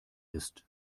ist